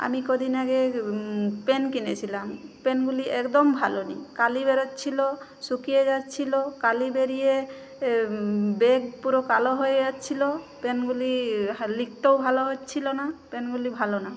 আমি কদিন আগে পেন কিনেছিলাম পেনগুলি একদম ভালো না কালি বেরোচ্ছিলো শুকিয়ে যাচ্ছিলো কালি বেরিয়ে এ ব্যাগ পুরো কালো হয়ে যাচ্ছিলো পেনগুলি লিখতেও ভালো হচ্ছিলো না পেনগুলি ভালো না